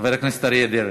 חבר הכנסת אריה דרעי.